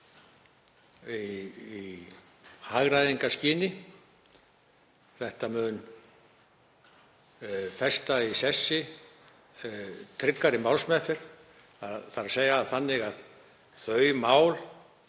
í hagræðingarskyni. Þetta mun festa í sessi tryggari málsmeðferð, þ.e. þannig að þau mál